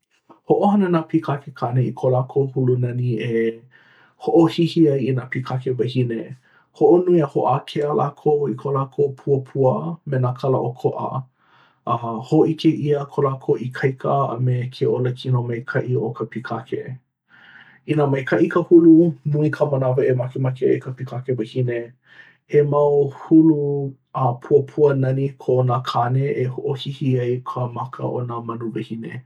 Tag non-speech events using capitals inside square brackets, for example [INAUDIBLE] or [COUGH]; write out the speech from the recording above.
Hoʻohana nā pīkake kāne i ko lākou hulu nani e [HESITATION] uh hoʻohihi ai i nā pīkake wahine. Hoʻonui a hoʻākea lākou i ko lākou puapua me nā kala ʻokoʻa. [HESITATION] uh Hō‘ike ʻia ko lākou ikaika a me ke olakino maikaʻi o ka pīkake. Inā maikaʻi ka hulu, nui ka manawa e makemake ai ka pīkake wahine. He mau hulu a puapua nani ko nā kāne e hoʻohihi ai ka maka o nā manu wahine.